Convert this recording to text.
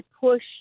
push